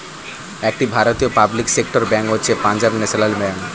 একটি ভারতীয় public sector bank হচ্ছে পাঞ্জাব ন্যাশনাল ব্যাঙ্ক